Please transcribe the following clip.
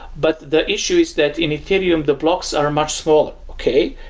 but the issue is that in ethereum, the blocks are much smaller, okay?